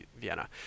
Vienna